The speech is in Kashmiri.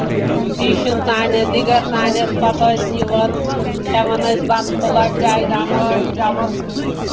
پیٖشِن تانؠتھ دِگر تانؠتھ پَتہٕ ٲسۍ یِوَان کھؠوَان ٲسۍ بَتہٕ پھوٚلہ چایہِ دامپ ٲسۍ چؠوَان تہٕ